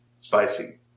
spicy